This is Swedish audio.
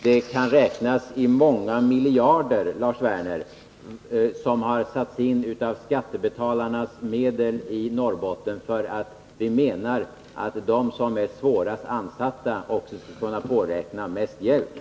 Det som har satts in av skattebetalarnas medel i Norrbotten kan räknas i många miljarder, Lars Werner, och anledningen till det är att vi menar att de som är svårast ansatta också skall kunna påräkna mest hjälp.